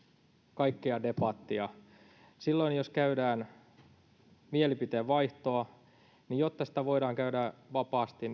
kaikkea debattia silloin kun käydään mielipiteenvaihtoa niin jotta sitä voidaan käydä vapaasti